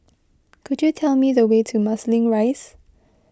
could you tell me the way to Marsiling Rise